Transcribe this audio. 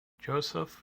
joseph